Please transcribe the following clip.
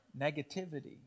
negativity